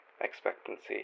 expectancy